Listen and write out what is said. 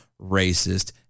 racist